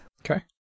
Okay